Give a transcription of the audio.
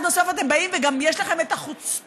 אז בסוף אתם באים וגם יש לכם את החוצפה